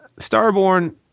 Starborn